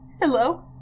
Hello